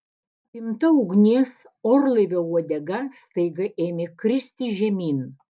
apimta ugnies orlaivio uodega staiga ėmė kristi žemyn